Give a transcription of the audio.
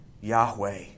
Yahweh